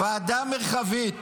ועדה מרחבית